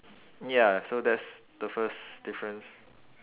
ya so that's the first difference